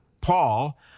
Paul